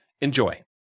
Enjoy